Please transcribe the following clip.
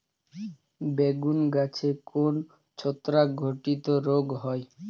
বেগুন গাছে কোন ছত্রাক ঘটিত রোগ হয়?